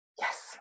yes